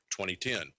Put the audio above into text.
2010